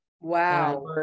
wow